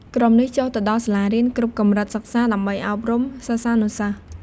ក្រុមនេះចុះទៅដល់សាលារៀន គ្រប់កម្រិតសិក្សាដើម្បីអប់រំសិស្សានុសិស្ស។